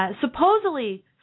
Supposedly